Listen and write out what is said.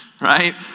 right